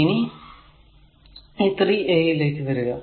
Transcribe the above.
ഇനി ഈ 3 a യിലേക്ക് വരിക